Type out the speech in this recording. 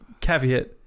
caveat